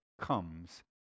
comes